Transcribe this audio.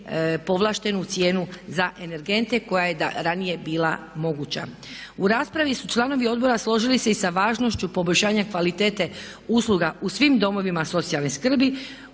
povlaštenu cijenu za energente koja je ranije bila moguća. U raspravi su članovi Odbora složili se i sa važnošću poboljšanja kvalitete usluga u svim domovima socijalne skrbi